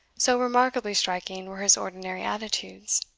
so remarkably striking were his ordinary attitudes.